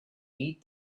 eat